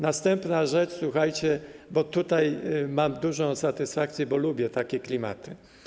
Następna rzecz, słuchajcie, tutaj mam dużą satysfakcję, bo lubię takie klimaty.